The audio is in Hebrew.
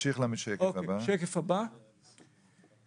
(שקף: עוד על סוגי גמלאות בעקבות הרפורמה).